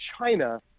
China